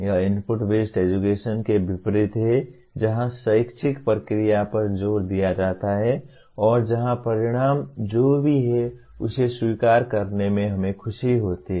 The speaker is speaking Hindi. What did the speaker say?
यह इनपुट बेस्ड एजुकेशन के विपरीत है जहां शैक्षिक प्रक्रिया पर जोर दिया जाता है और जहां परिणाम जो भी है उसे स्वीकार करने में हमें खुशी होती है